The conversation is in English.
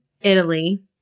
Italy